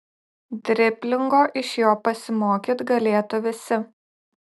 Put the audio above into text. driblingo iš jo pasimokyt galėtų visi